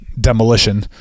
demolition